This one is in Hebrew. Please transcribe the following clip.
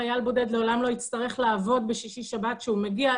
חייל בודד לעולם לא יצטרך לעבוד בשישי-שבת כשהוא מגיע,